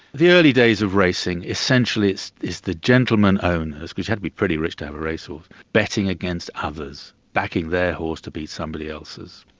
the early days of racing essentially it's it's the gentleman-owner, because you had to be pretty rich to own a racehorse betting against others backing their horse to beat somebody else's.